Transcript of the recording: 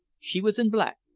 she was in black.